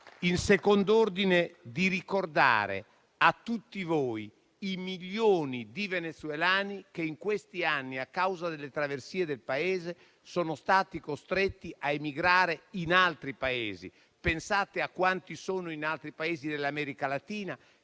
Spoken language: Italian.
Consentitemi poi di ricordare a tutti voi i milioni di venezuelani che in questi anni, a causa delle traversie del Paese, sono stati costretti a emigrare in altri Paesi. Pensate a quanti sono in altri Paesi dell'America Latina,